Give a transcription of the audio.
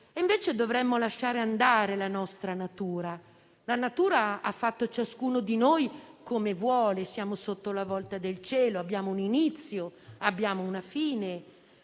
E invece dovremmo lasciare andare la nostra natura. La natura ha fatto ciascuno di noi come vuole; siamo sotto la volta del cielo, abbiamo un inizio e una fine,